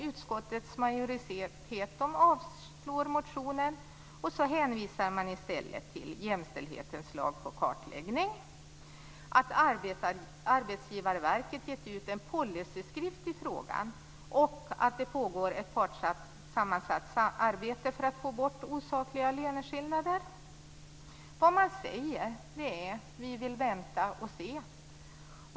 Utskottets majoritet avstyrker dock motionen och hänvisar till jämställdhetslagens krav på kartläggning, till att Arbetsgivarverket givit ut en policyskrift i frågan och till att det pågår ett partssammansatt arbete för att få bort osakliga löneskillnader. Vad man säger är att man vill vänta och se.